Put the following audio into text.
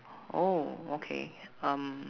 oh okay um